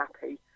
happy